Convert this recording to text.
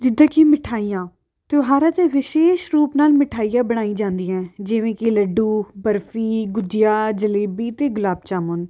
ਜਿੱਦਾਂ ਕਿ ਮਿਠਾਈਆਂ ਤਿਉਹਾਰਾਂ 'ਤੇ ਵਿਸ਼ੇਸ਼ ਰੂਪ ਨਾਲ਼ ਮਿਠਾਈਆਂ ਬਣਾਈ ਜਾਂਦੀਆਂ ਜਿਵੇਂ ਕਿ ਲੱਡੂ ਬਰਫ਼ੀ ਗੁਜੀਆ ਜਲੇਬੀ ਅਤੇ ਗੁਲਾਬ ਜਾਮੁਨ